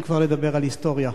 אם כבר לדבר על היסטוריה.